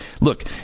look